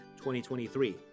2023